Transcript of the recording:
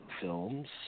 films